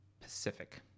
Pacific